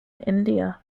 india